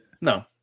No